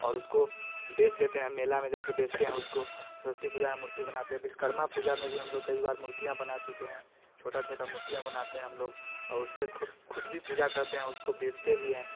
और उसको बेच देते हैं मेला में जाके बेचते हैं उसको सरस्वती पूजी में मूर्ति बनाते हैं विश्वकर्मा पूजा में भी हम लोग कई बार मूर्तियाँ बना चुके हैं छोटा छोटा मूर्तियाँ बनाते हैं हम लोग और उससे खुद खुद भी पूजा करते हैं उसको बेचते भी हैं